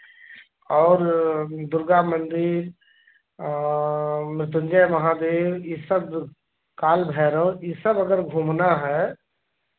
और दुर्गा मंदिर मृत्युंजय महादेव यह सब काल भैरव यह सब अगर घूमना है